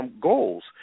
goals